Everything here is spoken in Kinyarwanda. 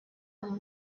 kuri